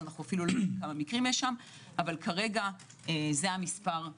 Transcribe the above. אנו לא יודעים כמה מקרים יש שם אבל כרגע זה המספר.